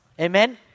Amen